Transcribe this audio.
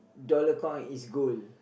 dollar coin is gold